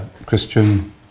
Christian